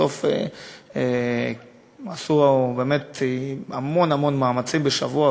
ובסוף הם עשו באמת המון המון מאמצים בשבוע,